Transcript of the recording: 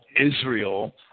Israel